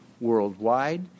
worldwide